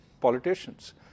politicians